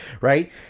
right